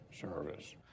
service